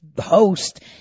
host